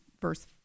verse